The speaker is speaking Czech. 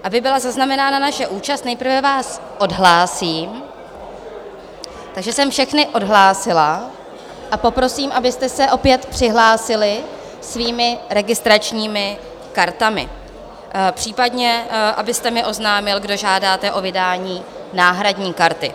Aby byla zaznamenána naše účast, nejprve vás odhlásím takže jsem všechny odhlásila a poprosím, abyste se opět přihlásili svými registračními kartami, případně abyste mi oznámili, kdo žádáte o vydání náhradní karty.